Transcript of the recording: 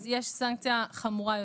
יש סנקציה חמורה יותר.